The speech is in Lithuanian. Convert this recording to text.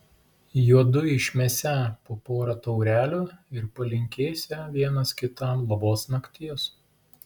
juodu išmesią po porą taurelių ir palinkėsią vienas kitam labos nakties